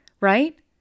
right